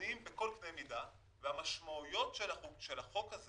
קיצוניים בכל קנה מידה והמשמעויות של החוק הזה